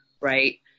right